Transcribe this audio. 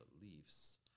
beliefs